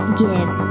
give